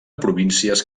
províncies